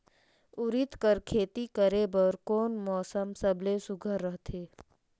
उरीद कर खेती करे बर कोन मौसम सबले सुघ्घर रहथे?